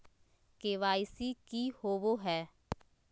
KYC की होबो है?